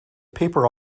paper